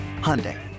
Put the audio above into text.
Hyundai